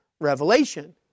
revelation